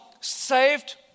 saved